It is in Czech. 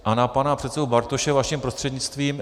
A na pana předsedu Bartoše, vaším prostřednictvím.